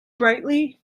brightly